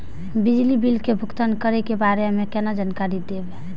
बिजली बिल के भुगतान करै के बारे में केना जानकारी देब?